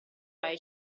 fai